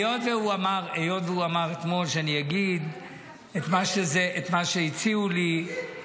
היות שהוא אמר אתמול שאני אגיד את מה שהציעו לי --- תגיד.